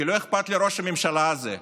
כי לא אכפת לראש הממשלה הזה,